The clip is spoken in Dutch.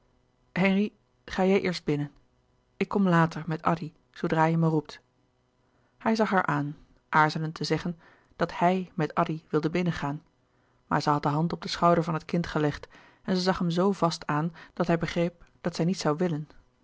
henri ga jij eerst binnen ik kom later met addy zoodra je me roept hij zag haar aan aarzelend te zeggen dat hij met addy wilde binnengaan maar zij had de hand op den schouder van het kind gelegd en zij zag hem zoo vast aan dat hij begreep dat zij niet zoû willen